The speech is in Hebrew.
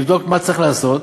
לבדוק מה צריך לעשות,